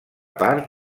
part